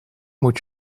moet